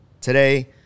today